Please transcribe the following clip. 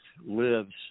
lives